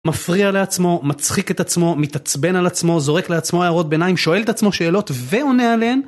מפריע לעצמו, מצחיק את עצמו, מתעצבן על עצמו, זורק לעצמו הערות ביניים, שואל את עצמו שאלות ועונה עליהן